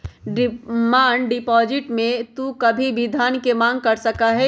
demand deposit में तू कभी भी धन के मांग कर सका हीं